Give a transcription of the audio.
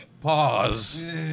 Pause